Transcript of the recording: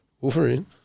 Wolverine